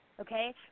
okay